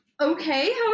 Okay